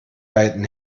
beiden